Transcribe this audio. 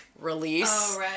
release